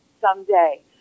someday